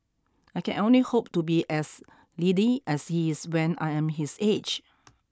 I can only hope to be as lithe as he is when I am his age